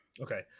Okay